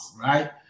right